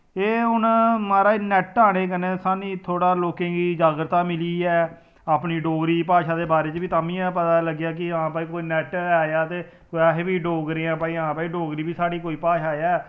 एह हून महाराज नेट आने कन्नै इंसान गी थोह्ड़ा लोकें गी जागरता मिली ऐ अपनी डोगरी भाशा दे बारे च बी तां बी पता लगेआ कि हां भाई कोई नेट ऐ ते कुतै अस बी डोगरे आ हां भाई डोगरी बी साढ़ी कोई भाशा ऐ